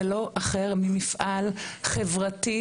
זה לא אחר ממפעל חברתי,